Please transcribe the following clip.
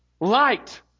light